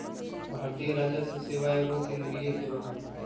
भारतीय राजस्व सेवा एगो केंद्रीय सेवा हइ